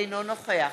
אינו נוכח